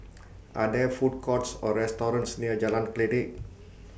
Are There Food Courts Or restaurants near Jalan Kledek